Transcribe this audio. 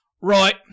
Right